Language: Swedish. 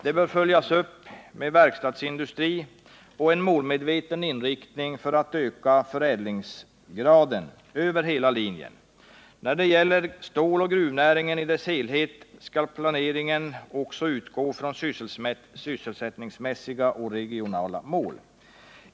Det bör följas upp med verkstadsindustri och en målmedveten inriktning på att öka förädlingsgraden över hela linjen. När det gäller ståloch gruvnäringen i dess helhet skall planeringen också utgå från sysselsättningsmässiga och regionala mål.